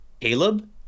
Caleb